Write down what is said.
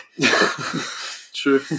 True